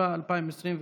התשפ"א 2021,